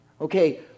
Okay